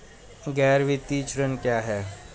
गैर वित्तीय ऋण क्या है?